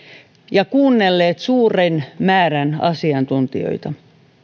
ja kuunnelleet suuren määrän asiantuntijoita